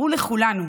ברור לכולנו